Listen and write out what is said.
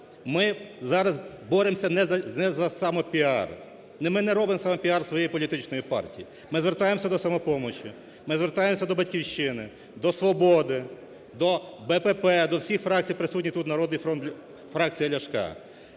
Ми зараз боремося не за самопіар, ми не робимо самопіар своєї політичної партії. Ми звертаємося до "Самопомочі", ми звертаємося до "Батьківщини", до "Свободи", до БПП, до всіх фракцій, присутніх тут, "Народний фронт", фракція Ляшка.